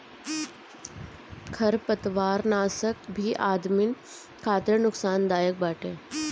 खरपतवारनाशक भी आदमिन खातिर नुकसानदायक बाटे